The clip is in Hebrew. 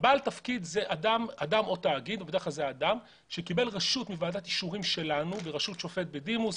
אדם שקיבל רשות מוועדת אישורים שלנו בראשות שופט בדימוס,